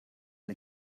and